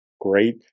Great